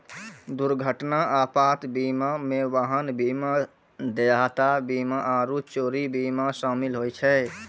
दुर्घटना आपात बीमा मे वाहन बीमा, देयता बीमा आरु चोरी बीमा शामिल होय छै